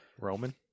Roman